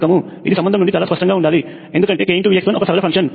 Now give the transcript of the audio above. ఇది సంబంధం నుండి చాలా స్పష్టంగా ఉండాలి ఎందుకంటే kVx1 ఒక సరళ ఫంక్షన్